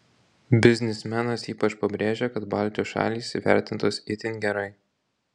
biznismenas ypač pabrėžia kad baltijos šalys įvertintos itin gerai